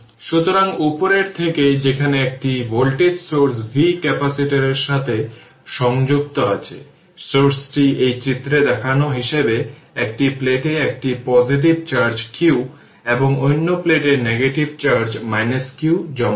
সুতরাং উপরের থেকে যেখানে একটি ভোল্টেজের সোর্স v ক্যাপাসিটরের সাথে সংযুক্ত আছে সোর্সটি এই চিত্রে দেখানো হিসাবে একটি প্লেটে একটি পজিটিভ চার্জ q এবং অন্য প্লেটে নেগেটিভ চার্জ q জমা করে